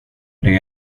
det